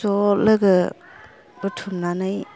ज' लोगो बुथुमनानै